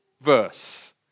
verse